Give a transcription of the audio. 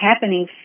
happening